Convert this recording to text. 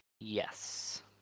Yes